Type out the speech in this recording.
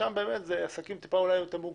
שם אלה עסקים אולי קצת יותר מורכבים.